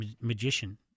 magician